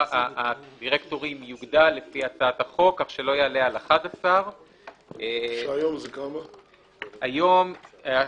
מספר הדירקטורים יוגדל לפי הצעת החוק כך שלא יעלה על 11. היום החוק